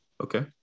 okay